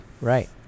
right